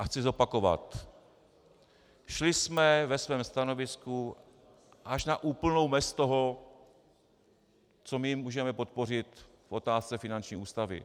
Chci zopakovat šli jsme ve svém stanovisku až na úplnou mez toho, co my můžeme podpořit v otázce finanční ústavy.